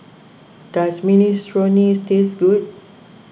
does Minestrone taste good